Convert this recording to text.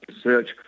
search